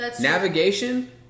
navigation